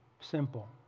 simple